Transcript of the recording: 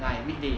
I weekday